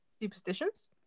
Superstitions